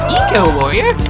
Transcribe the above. eco-warrior